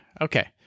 Okay